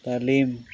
ତାଲିମ